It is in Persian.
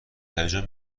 هیجان